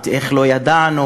את "איך לא ידענו",